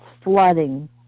flooding